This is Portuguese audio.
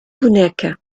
boneca